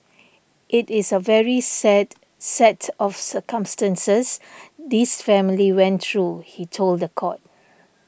it is a very sad set of circumstances this family went through he told the court